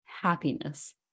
happiness